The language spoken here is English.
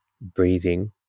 breathing